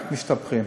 רק משתבחים.